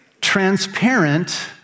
transparent